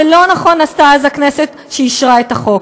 ולא נכון עשתה אז הכנסת כשאישרה את החוק.